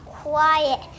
quiet